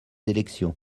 élections